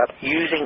using